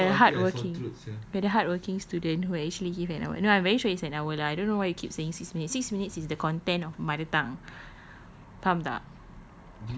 we are the hardworking we are the hardworking student who actually give an hour no I'm very sure it's an hour lah I don't know why you keep saying six minutes six minutes is the content of mother tongue faham tak